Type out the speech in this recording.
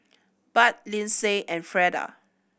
Budd Lynsey and Freda